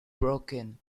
broken